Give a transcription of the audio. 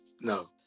no